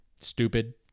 stupid